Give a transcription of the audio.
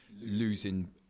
losing